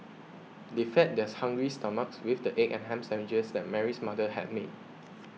they fed theirs hungry stomachs with the egg and ham sandwiches that Mary's mother had made